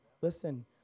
Listen